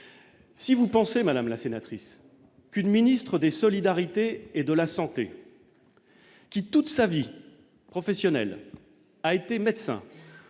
si vous pensez, Madame la sénatrice qu'une ministre des solidarités et de la santé qui, toute sa vie professionnelle a été médecin,